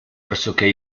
pressoché